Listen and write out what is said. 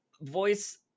voice